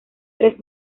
tres